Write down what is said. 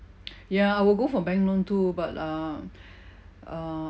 ya I will go for bank loan too but err err